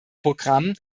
programm